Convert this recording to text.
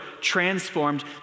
transformed